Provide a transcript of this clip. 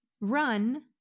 Run